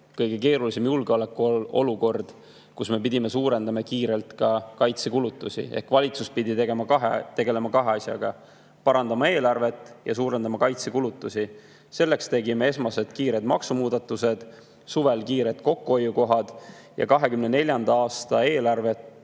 kõige keerulisem julgeolekuolukord, kus me pidime kiirelt suurendama kaitsekulutusi. Valitsus pidi tegelema kahe asjaga: parandama eelarvet ja suurendama kaitsekulutusi. Selleks tegime me esmased kiired maksumuudatused ja suvel [leidsime] kiiresti kokkuhoiukohad. 2024. aasta eelarve